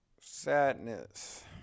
Sadness